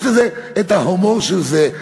יש לזה ההומור של זה.